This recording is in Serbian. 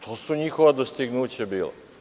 To su njihova dostignuća bila.